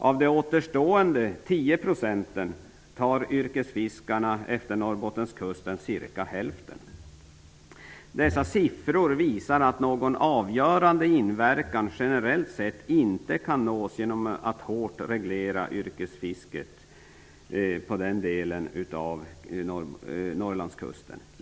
Av återstående 10 % tar yrkesfiskarna utefter Norrbottenskusten cirka hälften. Dessa siffror visar att någon avgörande inverkan generellt sett inte kan nås genom en hård reglering av yrkesfisket på den delen av Norrlandskusten.